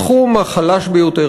התחום החלש ביותר,